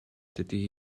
dydy